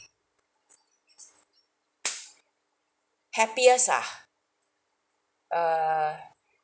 happiest ah err